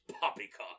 poppycock